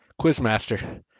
Quizmaster